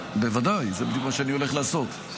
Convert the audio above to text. זה מה שאני הולך לעשות.